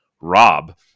Rob